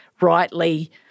rightly